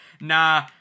nah